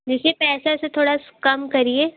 देखिए पैसे ओसे थोड़ा कम करिए